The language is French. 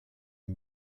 est